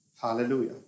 Hallelujah